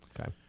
Okay